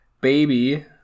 Baby